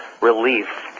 relief